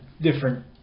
Different